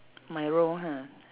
my role ha